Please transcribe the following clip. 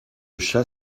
chat